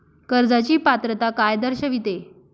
कर्जाची पात्रता काय दर्शविते?